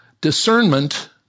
Discernment